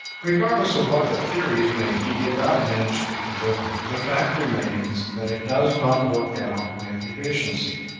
regardless of what the theories may be about manuscript delivery, the fact remains that it does not work out with efficiency.